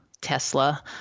Tesla